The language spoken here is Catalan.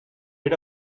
era